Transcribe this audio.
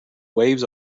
waves